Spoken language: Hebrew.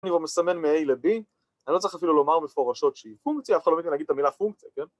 (?) מסמן מ-a ל-b, אני לא צריך אפילו לומר מפורשות שהיא פונקציה, אף אחד לא מתכוון(?) להגיד את המילה פונקציה, כן?